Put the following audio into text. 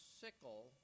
sickle